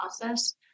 process